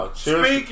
cheers